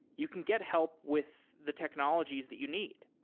you can get help with the technologies that you need.